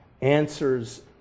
Answers